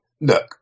look